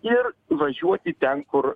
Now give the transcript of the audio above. ir važiuoti ten kur